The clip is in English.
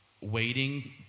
waiting